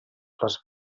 flors